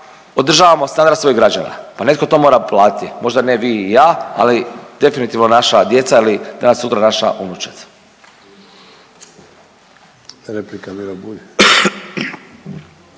održavamo standard svojih građana. Pa netko to mora platiti. Možda ne vi i ja, ali definitivno naša djeca ili danas sutra naša unučad.